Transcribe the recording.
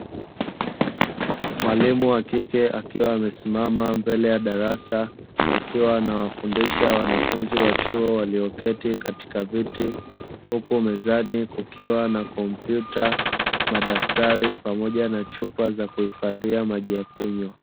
Mwalimu wa kike, akiwa amesimama mbele ya darasa akiwa anawafundisha wanafunzi wa chuo walioketi katika viti, huku mezani kukiwa na kompyuta, madaftari pamoja na chupa za kuhifadhia maji ya kunywa.